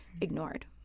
ignored